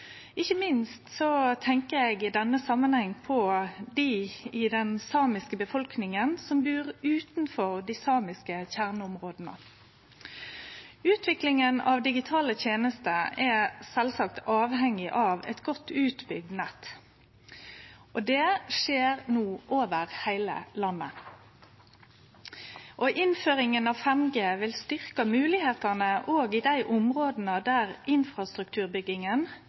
Ikkje minst tenkjer eg i denne samanhengen på dei i den samiske befolkninga som bur utanfor dei samiske kjerneområda. Utviklinga av digitale tenester er sjølvsagt avhengig av eit godt utbygd nett. Det skjer no over heile landet. Innføringa av 5G vil styrkje moglegheitene òg i dei områda der